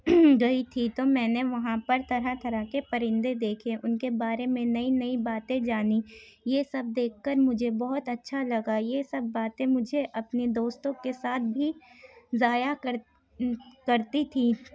گئی تھی تو میں نے وہاں پر طرح طرح کے پرندے دیکھے ان کے بارے میں نئی نئی باتیں جانی یہ سب دیکھ کر مجھے بہت اچھا لگا یہ سب باتیں مجھے اپنے دوستوں کے ساتھ بھی زایا کرتی تھی